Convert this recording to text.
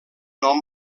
nom